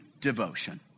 devotion